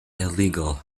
illegal